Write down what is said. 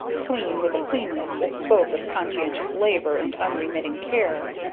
clean with a cleanness that spoke of conscientious labor and unremitting care.